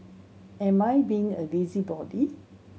am I being a busybody